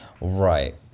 Right